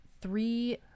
three